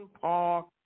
Park